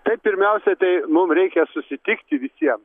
tai pirmiausia tai mum reikia susitikti visiem